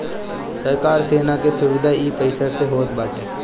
सरकार सेना के सुविधा इ पईसा से होत बाटे